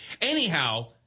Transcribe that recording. anyhow